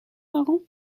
parents